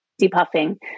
depuffing